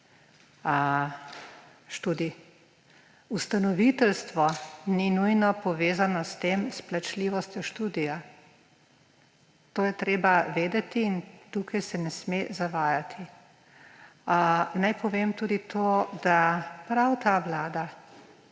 Ustanoviteljstvo ni nujno povezano s tem, s plačljivostjo študija. To je trebe vedeti in tukaj se ne sme zavajati. Naj povem tudi to, da je prav ta vlada